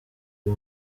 uyu